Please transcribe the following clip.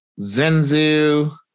Zenzu